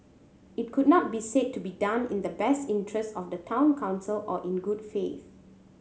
it could not be said to be done in the best interest of the Town Council or in good faith